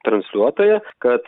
transliuotoją kad